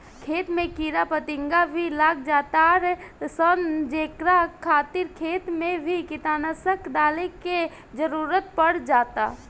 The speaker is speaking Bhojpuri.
खेत में कीड़ा फतिंगा भी लाग जातार सन जेकरा खातिर खेत मे भी कीटनाशक डाले के जरुरत पड़ जाता